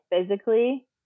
physically